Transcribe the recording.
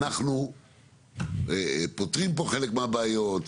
אנחנו פותרים פה חלק מהבעיות,